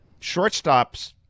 shortstops